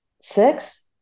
six